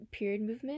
periodmovement